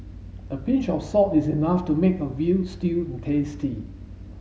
a pinch of salt is enough to make a veal stew and tasty